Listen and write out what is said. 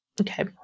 Okay